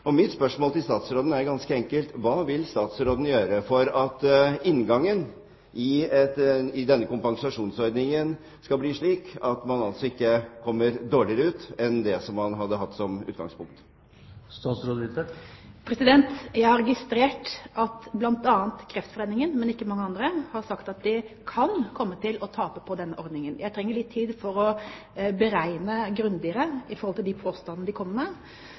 Mitt spørsmål til statsråden er ganske enkelt: Hva vil statsråden gjøre for at inngangen i denne kompensasjonsordningen skal bli slik at man ikke kommer dårligere ut enn det som man hadde hatt som utgangspunkt? Jeg har registrert at bl.a. Kreftforeningen – men ikke mange andre – har sagt at de kan komme til å tape på denne ordningen. Jeg trenger litt tid for å beregne grundigere med tanke på de påstandene de kommer med.